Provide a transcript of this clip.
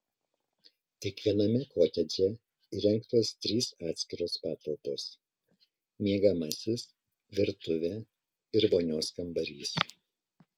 kiekviename kotedže įrengtos trys atskiros patalpos miegamasis virtuvė ir vonios kambarys